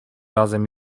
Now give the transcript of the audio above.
razem